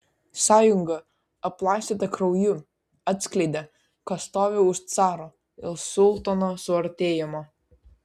sąjunga aplaistyta krauju atskleidė kas stovi už caro ir sultono suartėjimo